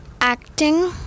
Acting